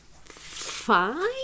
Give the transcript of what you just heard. fine